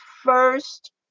first